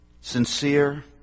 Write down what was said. Sincere